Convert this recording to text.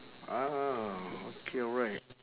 ah okay right